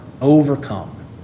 overcome